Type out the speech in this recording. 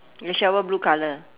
your shovel blue colour